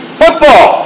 football